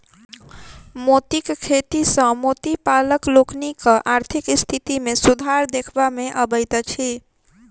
मोतीक खेती सॅ मोती पालक लोकनिक आर्थिक स्थिति मे सुधार देखबा मे अबैत अछि